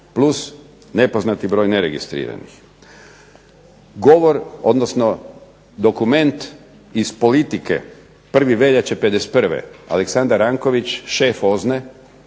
+ nepoznati broj neregistriranih. Govor, odnosno dokument iz politike 1. veljače '51. Aleksandar Ranković šef OZNA-e,